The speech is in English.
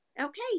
Okay